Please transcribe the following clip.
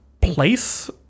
place